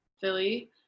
Philly